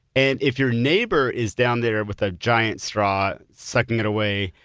and if your neighbor is down there with a giant straw sucking it away,